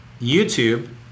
YouTube